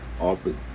office